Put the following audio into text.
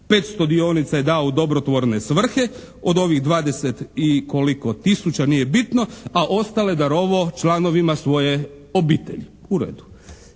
500 dionica je dao u dobrotvorne svrhe od ovih 20 i koliko tisuća, nije bitno, a ostale darovao članovima svoje obitelji. U redu.